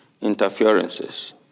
interferences